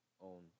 own